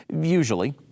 Usually